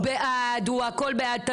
הוא בעד, הכל בעד.